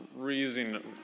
reusing